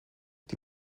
die